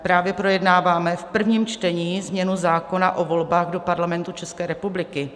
Právě projednáváme v prvním čtení změnu zákona o volbách do Parlamentu České republiky.